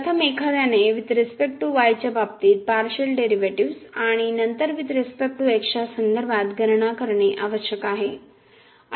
प्रथम एखाद्याने with respect to y च्या बाबतीत पार्शियल डेरिव्हेटिव्ह्ज आणि नंतर वुईथ रिसपेक्ट टू x च्या संदर्भात गणना करणे आवश्यक आहे